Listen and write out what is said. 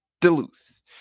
Duluth